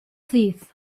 thief